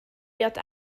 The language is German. wird